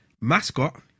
Mascot